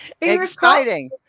Exciting